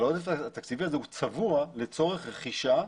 אבל העודף התקציבי הזה הוא צבוע לצורך רכישה,